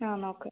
ആ നോക്ക്